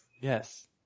Yes